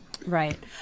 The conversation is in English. Right